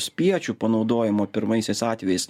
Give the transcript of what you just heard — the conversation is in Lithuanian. spiečių panaudojimo pirmaisiais atvejais